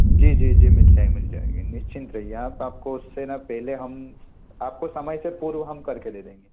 जी जी जी मिल जाएँगे मिल जाएँगे निश्चिंत रहिए आप आपको उससे ना पहले हम आपको समय से पूर्व हम कर के दे देंगे